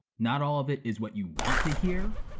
not all of it is what you want to hear,